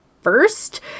first